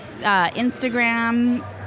Instagram